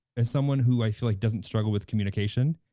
as someone who i feel like doesn't struggle with communication,